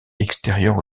extérieure